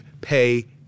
pay